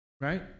right